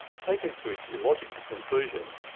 taken to its illogical conclusion,